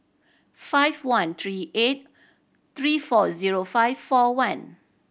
five one three eight three four zero five four one